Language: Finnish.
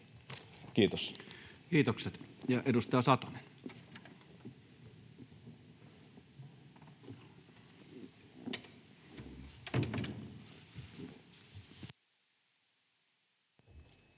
Kiitos. Kiitoksia. — Edustaja Salonen, olkaa